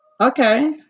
Okay